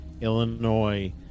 Illinois